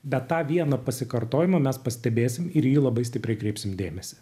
bet tą vieną pasikartojimą mes pastebėsim ir į jį labai stipriai kreipsim dėmesį